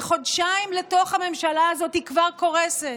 וחודשיים לתוך הממשלה הזאת היא כבר קורסת.